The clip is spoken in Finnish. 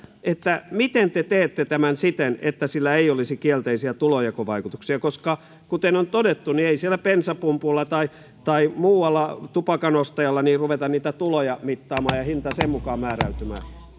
miten te teette tämän siten että sillä ei olisi kielteisiä tulonjakovaikutuksia koska kuten on todettu ei siellä bensapumpulla tai tai muualla tupakan ostajalta ruveta niitä tuloja mittaamaan ja eikä hinta sen mukaan ala määräytyä